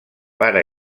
pare